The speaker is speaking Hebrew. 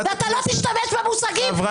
אתה לא תשתמש במושגים האלה.